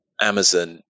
Amazon